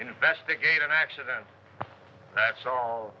investigate an accident that's all